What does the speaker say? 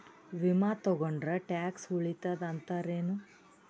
ವಿಮಾ ತೊಗೊಂಡ್ರ ಟ್ಯಾಕ್ಸ ಉಳಿತದ ಅಂತಿರೇನು?